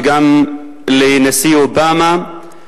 וגם לנשיא אובמה,